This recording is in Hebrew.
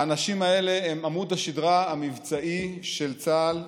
האנשים האלה הם עמוד השדרה המבצעי של צה"ל.